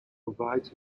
provides